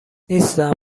نیستم